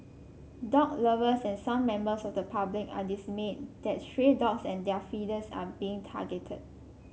dog lovers and some members of the public are dismayed that stray dogs and their feeders are being targeted